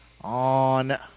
on